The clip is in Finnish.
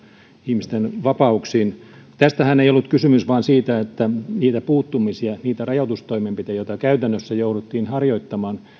ihmisten vapauksiin tästähän ei ollut kysymys vaan siitä että niitä puuttumisia ja niitä rajoitustoimenpiteitä koskien joita käytännössä jouduttiin harjoittamaan